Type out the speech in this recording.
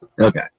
Okay